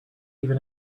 even